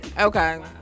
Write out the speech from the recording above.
Okay